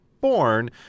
born